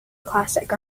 classic